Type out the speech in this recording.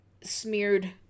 smeared